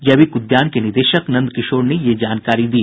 जैविक उद्यान के निदेशक नंद किशोर ने यह जानकारी दी